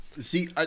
See